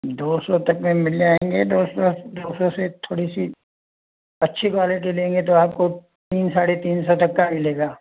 दो सौ तक में मिल जाएंगे दो सौ दो सौ से थोड़ी सी अच्छी क्वालिटी लेंगे तो आपको तीन साढ़े तीन सौ तक का मिलेगा